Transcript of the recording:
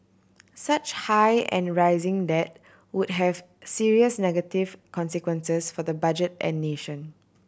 such high and rising debt would have serious negative consequences for the budget and nation